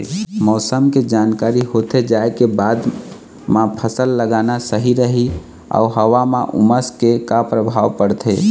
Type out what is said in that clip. मौसम के जानकारी होथे जाए के बाद मा फसल लगाना सही रही अऊ हवा मा उमस के का परभाव पड़थे?